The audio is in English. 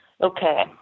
Okay